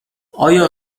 آیا